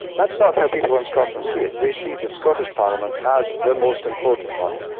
that's not how people in scotland see it, they see the scottish parliament as the most important one.